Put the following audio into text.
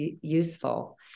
useful